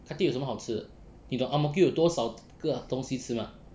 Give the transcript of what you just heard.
khatib 有什么好吃的你懂 ang mo kio 有多少个东西吃 mah